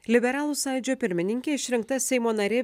liberalų sąjūdžio pirmininke išrinkta seimo narė